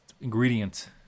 ingredient